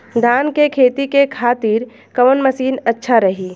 धान के खेती के खातिर कवन मशीन अच्छा रही?